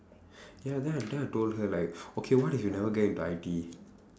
ya then I then I told her like okay what if you never get into I_T_E